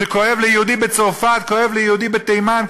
כשכואב ליהודי בצרפת, כואב ליהודי בתימן,